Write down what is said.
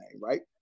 right